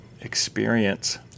experience